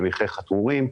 במכרה חתרורים,